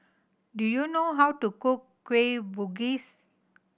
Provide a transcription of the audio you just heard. do you know how to cook Kueh Bugis